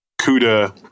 Cuda